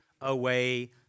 away